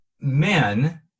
men